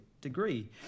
degree